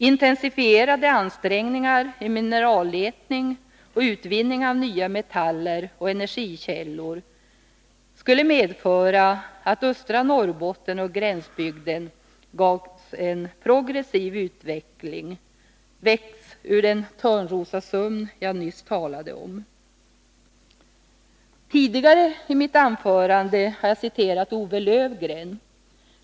Intensifierade ansträngningar i mineralletning, utvinning av nya metaller och energikällor skulle medföra att östra Norrbotten och gränsbygden gavs en progressiv utveckling och väcktes ur den Törnrosasömn jag nyss talade om. Tidigare i mitt anförande har jag citerat O. W. Lövgren.